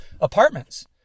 apartments